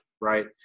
right